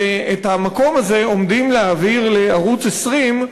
שאת המקום הזה עומדים להעביר לערוץ 20,